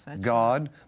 God